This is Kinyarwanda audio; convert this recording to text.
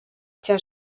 cya